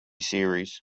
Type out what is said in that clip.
series